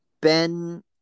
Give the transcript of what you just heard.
Ben